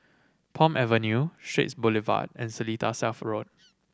Palm Avenue Straits Boulevard and Seletar South Road